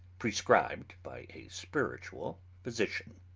prescribed by a spiritual physician.